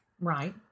Right